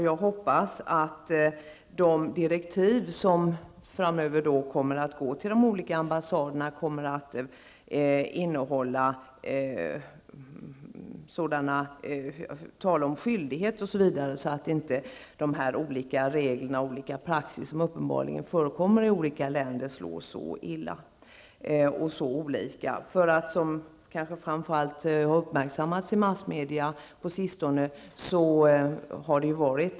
Jag hoppas att de direktiv som framöver kommer att gå till de olika ambassaderna bl.a. kommer att innehålla detta med skyldighet så att inte de olika regler och praxis som uppenbarligen förekommer i olika länder slår så illa och så olika.